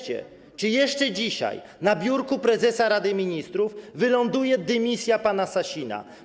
Czy jeszcze dzisiaj na biurku prezesa Rady Ministrów wyląduje dymisja pana Sasina?